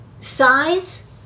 size